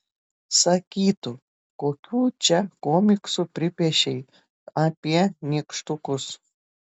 sakytų kokių čia komiksų pripiešei apie nykštukus